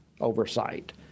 oversight